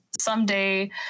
someday